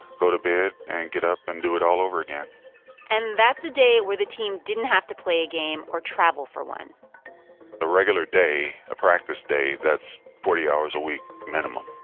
go to bed and get up and do it all over again and that's a day where the team didn't have to play a game or travel for one a regular day, a practice day, that's forty hours a week minimum.